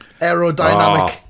aerodynamic